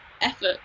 effort